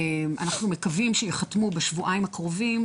אנחנו מקווים שייחתמו בשבועיים הקרובים.